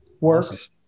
works